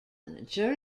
manager